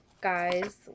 guys